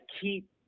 keep